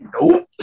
nope